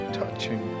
touching